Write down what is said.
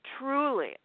truly